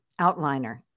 outliner